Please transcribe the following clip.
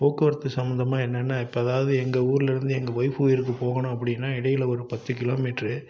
போக்குவரத்து சம்பந்தமாக என்னன்னால் இப்போ அதாவது எங்கள் ஊரில் இருந்து எங்கள் ஒய்ஃப் ஊருக்கு போகணும் அப்படின்னா இடையில் ஒரு பத்து கிலோமீட்ரு